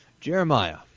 Jeremiah